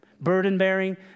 burden-bearing